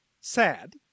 sad